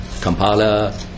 Kampala